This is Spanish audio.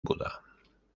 buda